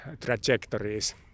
trajectories